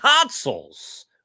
consoles